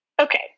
okay